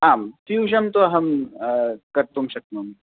आं ट्यूषन् तु अहं कर्तुं शक्नोमि